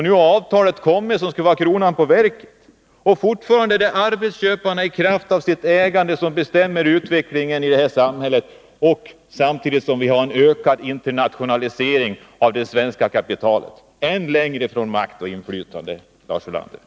Nu har avtalet kommit som skulle vara kronan på verket, och fortfarande är det arbetsköparna som i kraft av sitt ägande bestämmer utvecklingen i samhället samtidigt som vi har en ökad internationalisering av det svenska kapitalet — än längre från makt och inflytande, Lars Ulander.